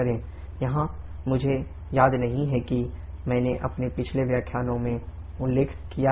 यहाँ मुझे याद नहीं है कि मैंने अपने पिछले व्याख्यानों में उल्लेख किया है या नहीं